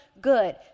good